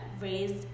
raised